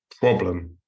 problem